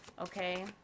okay